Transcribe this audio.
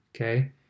okay